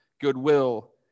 goodwill